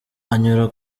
anyura